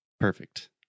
Perfect